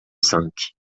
cinq